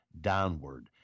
downward